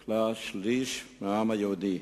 שהושמד בה שליש מהעם היהודי.